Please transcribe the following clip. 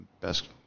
best